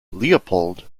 leopold